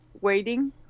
waiting